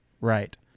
Right